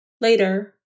Later